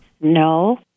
No